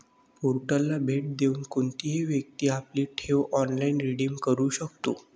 पोर्टलला भेट देऊन कोणतीही व्यक्ती आपली ठेव ऑनलाइन रिडीम करू शकते